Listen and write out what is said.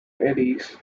eddies